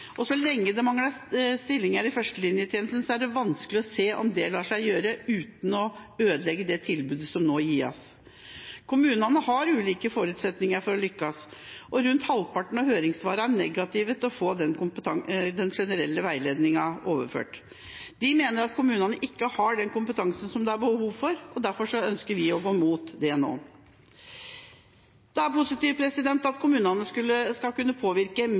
og så lenge det mangler stillinger i førstelinjetjenesten, er det vanskelig å se om dette lar seg gjøre uten å ødelegge det tilbudet som må gis. Kommunene har også ulike forutsetninger for å lykkes, og rundt halvparten av høringssvarene er negative til å få den generelle veiledningen overført, og man mener at kommunene ikke har den kompetansen som det er behov for. Derfor ønsker vi å gå mot dette nå. Det er positivt at kommunene skal kunne påvirke